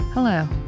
Hello